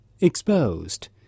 exposed